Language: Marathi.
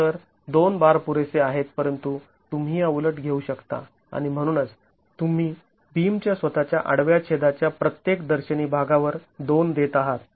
तर २ बार पुरेसे आहेत परंतु तुम्ही या उलट घेऊ शकता आणि म्हणूनच तुम्ही बीमच्या स्वतःच्या आडव्या छेदाच्या प्रत्येक दर्शनी भागावर २ देत आहात